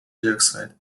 dioxide